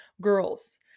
girls